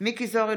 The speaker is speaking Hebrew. מכלוף מיקי זוהר,